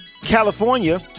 California